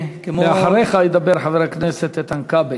אחריך ידבר חבר הכנסת איתן כבל.